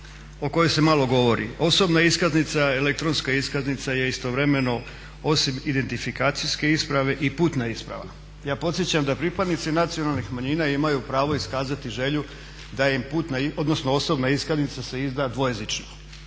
o kojoj se malo govori. Osobna iskaznica, elektronska iskaznica je istovremeno osim identifikacijske isprave i putna isprava. Ja podsjećam da pripadnici nacionalnih manjina imaju pravo iskazati želju da im osobna iskaznica se izda dvojezično,